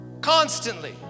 constantly